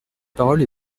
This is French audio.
parole